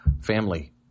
family